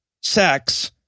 sex